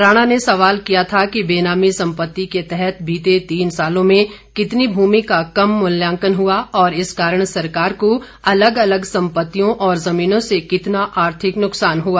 राणा ने सवाल किया था कि बेनामी संपत्ति के तहत बीते तीन सालों में कितनी भूमि का कम मूल्यांकन हुआ और इस कारण सरकार को अलग अलग संपत्तियों और जमीनों से कितना आर्थिक नुकसान हुआ